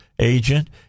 agent